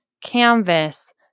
canvas